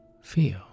feel